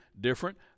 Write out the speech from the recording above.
different